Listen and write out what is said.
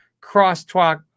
crosstalk